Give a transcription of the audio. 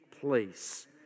place